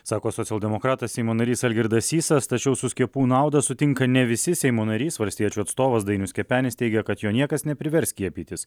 sako socialdemokratas seimo narys algirdas sysas tačiau su skiepų nauda sutinka ne visi seimo narys valstiečių atstovas dainius kepenis teigia kad jo niekas neprivers skiepytis